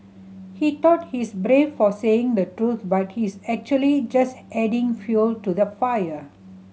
he thought he's brave for saying the truth but he's actually just adding fuel to the fire